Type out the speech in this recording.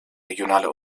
regionale